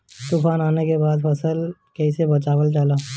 तुफान आने के बाद फसल कैसे बचावल जाला?